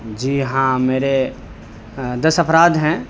جی ہاں میرے دس افراد ہیں